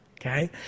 Okay